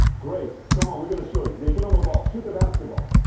great. come on, we're going to show you. they give him a ball. shoot the basketball.